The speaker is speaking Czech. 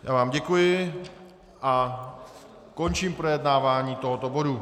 Já vám děkuji a končím projednávání tohoto bodu.